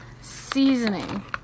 seasoning